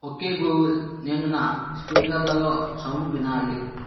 okay Google నేను నా స్పీకర్లలో సౌండ్ వినాలి